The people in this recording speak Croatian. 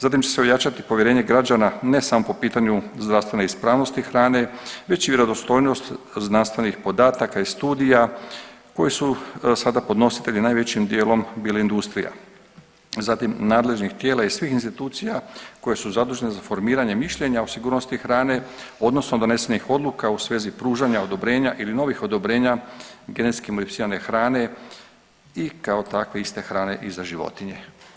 Zatim će se ojačati povjerenje grana ne samo po pitanju zdravstvene ispravnosti hrane već i vjerodostojnost znanstvenih podataka i studija koji su sada podnositelji najvećim dijelom bili industrija, zatim nadležnih tijela i svih institucija koje su zadužene za formiranje mišljenja o sigurnosti hrane odnosno donesenih odluka u svezi pružanja odobrenja ili novih odobrenja i genetski modificirane hrane i kao takve iste hrane i za životinje.